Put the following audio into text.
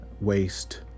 waste